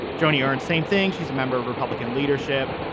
joni ernst, same thing. she's a member of republican leadership.